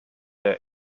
der